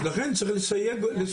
אז לכן צריך לסייג אותו.